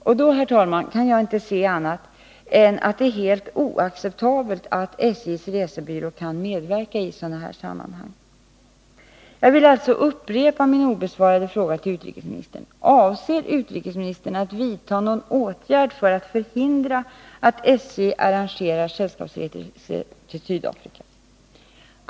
Och då, herr talman, kan jag inte se annat än att det är helt oacceptabelt att SJ:s resebyrå medverkar i sådana här sammanhang. Jag vill alltså upprepa min obesvarade fråga till utrikesministern: Avser utrikesministern att vidta någon åtgärd för att förhindra att SJ arrangerar sällskapsresor till Sydafrika?